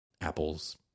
Apple's